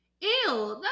ew